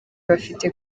bafite